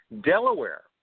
Delaware